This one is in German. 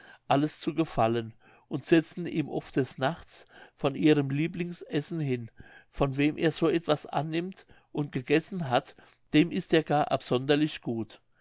alles zu gefallen und setzen ihm oft des nachts von ihrem lieblingsessen hin von wem er so etwas annimmt und gegessen hat dem ist er gar absonderlich gut